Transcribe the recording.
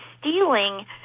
stealing